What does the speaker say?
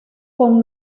con